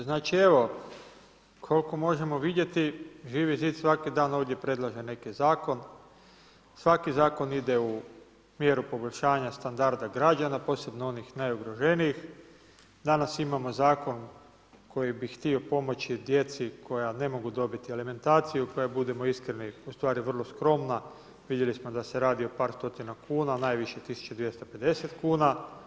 Znači evo, koliko možemo vidjeti, Živi zid svaki dan ovdje predlaže neki zakon, svaki zakon ide u mjeru poboljšanja standarda građana, posebno onih najugroženijih, danas imamo zakon koji bi htio pomoći djeci koja ne mogu dobiti alimentaciju, koja je, budimo iskreno ustvari vrlo skromna, vidjeli smo da se radi o par stotina kuna, najviše 1250 kuna.